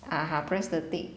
ah ah press the tick